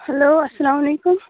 hello اسلام علیکُم